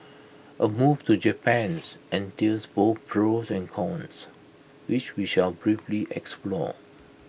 A move to Japans entails both pros and cons which we shall briefly explore